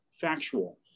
factual